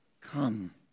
come